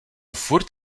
furt